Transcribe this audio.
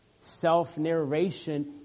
self-narration